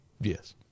Yes